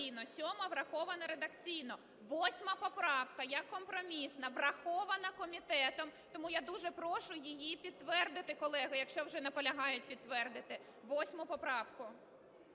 7-а врахована редакційно. 8 поправка як компромісна врахована комітетом. Тому я дуже прошу її підтвердити, колеги, якщо вже наполягають підтвердити, 8 поправку.